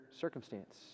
circumstance